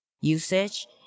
usage